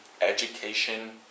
education